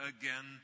again